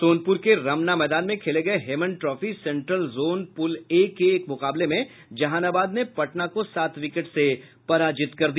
सोनपुर के रमना मैदान में खेले गये Hemant trophy central zone pool A के एक मुकाबले में जहानाबाद ने पटना को सात विकेट से पराजित कर दिया